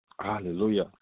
Hallelujah